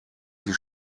die